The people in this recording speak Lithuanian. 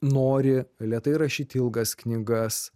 nori lėtai rašyt ilgas knygas